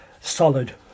solid